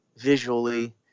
visually